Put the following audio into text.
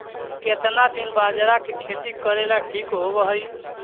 केतना दिन बाजरा के खेती करेला ठिक होवहइ?